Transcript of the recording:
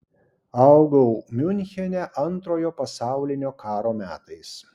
augau miunchene antrojo pasaulinio karo metais